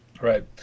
right